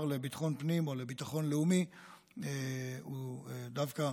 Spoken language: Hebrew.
לביטחון פנים או לביטחון לאומי הוא דווקא